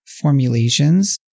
formulations